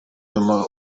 nyuma